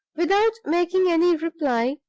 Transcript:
without making any reply,